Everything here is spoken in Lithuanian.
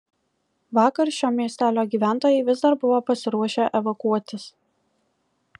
vakar šio miestelio gyventojai vis dar buvo pasiruošę evakuotis